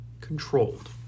controlled